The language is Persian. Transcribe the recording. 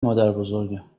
مادربزرگم